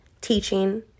teaching